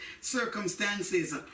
circumstances